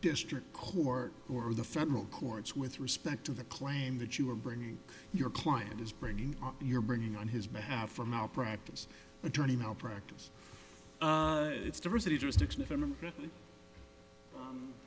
district court or the federal courts with respect to the claim that you are bringing your client is bringing you're bringing on his behalf for malpractise attorney malpractise it's